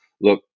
look